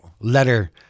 letter